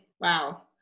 Wow